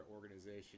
organization